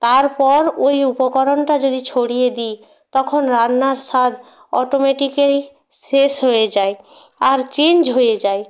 তারপর ওই উপকরণটা যদি ছড়িয়ে দিই তখন রান্নার স্বাদ অটোমেটিক্যালি শেষ হয়ে যায় আর চেঞ্জ হয়ে যায়